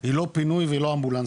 היא לא פינוי והיא לא אמבולנסים,